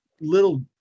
little